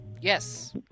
Yes